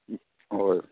হয়